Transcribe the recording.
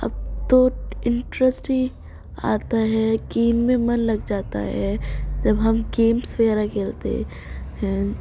اب تو انٹرسٹ ہی آتا ہے گیم میں من لگ جاتا ہے جب ہم گیمس وغیرہ کھیلتے ہیں